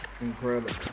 incredible